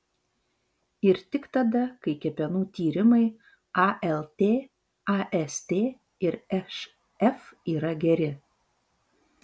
ir tik tada kai kepenų tyrimai alt ast ir šf yra geri